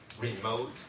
remote